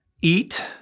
eat